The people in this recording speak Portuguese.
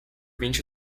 vinte